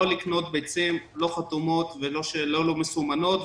לא לקנות ביצים לא חתומות ולא מסומנות,